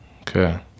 Okay